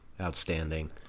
outstanding